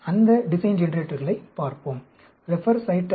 அந்த டிசைன் ஜெனரேட்டர்களைப் பார்ப்போம்